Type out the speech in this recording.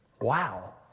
Wow